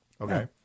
Okay